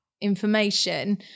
information